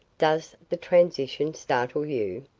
does the transition startle you?